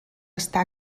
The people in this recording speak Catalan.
està